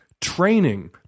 training